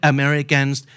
Americans